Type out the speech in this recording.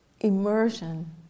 Immersion